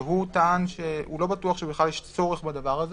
שהוא טען שהוא לא בטוח שבכלל יש צורך בדבר הזה,